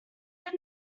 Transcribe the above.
got